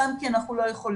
גם כי אנחנו לא יכולים,